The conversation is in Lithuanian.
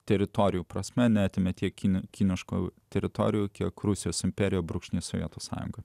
teritorijų prasme nesame tiek kine kiniško teritorijų kiek rusijos imperija brūkšnį sovietų sąjunga